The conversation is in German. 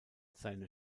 seine